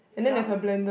plum